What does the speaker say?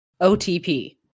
OTP